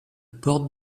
porte